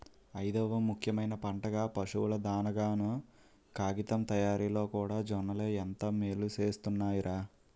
ఐదవ ముఖ్యమైన పంటగా, పశువుల దానాగాను, కాగితం తయారిలోకూడా జొన్నలే ఎంతో మేలుసేస్తున్నాయ్ రా